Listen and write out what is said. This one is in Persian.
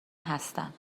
هستم